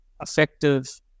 effective